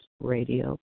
radio